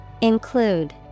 Include